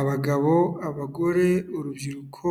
Abagabo, abagore, urubyiruko,